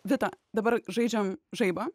vita dabar žaidžiam žaibą